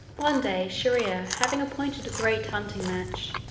one day, shier-ear having appointed a great hunting-match,